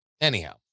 Anyhow